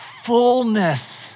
fullness